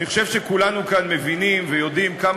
אני חושב שכולנו כאן מבינים ויודעים כמה